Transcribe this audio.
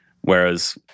whereas